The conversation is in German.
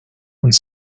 und